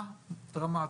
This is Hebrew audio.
יש עלייה דרמטית.